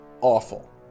awful